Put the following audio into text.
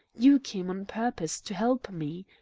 you came on purpose to help me.